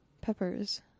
peppers